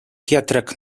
pietrek